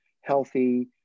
healthy